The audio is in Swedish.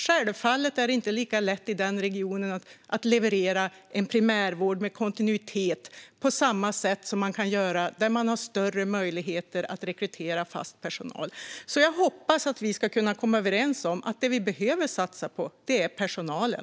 Självfallet är det inte lika lätt i den regionen att leverera en primärvård med kontinuitet på samma sätt som där man har större möjligheter att rekrytera fast personal. Jag hoppas att vi kan vara överens om att det vi behöver satsa på är personalen.